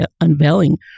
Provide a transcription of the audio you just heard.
unveiling